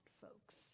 folks